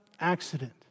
accident